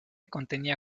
contenía